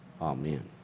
Amen